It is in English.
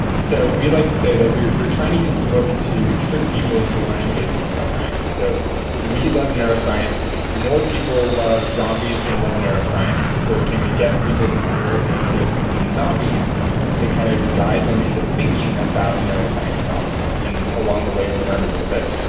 so we like to say that we are we are trying to use the book to trick people into learning basic neuroscience. so we love neuroscience, more people love zombies than love neuroscience, so can we get people's inherent interest in zombies to kind of guide them into thinking about neuroscience problems, and along the way learn a little bit.